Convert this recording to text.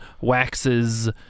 waxes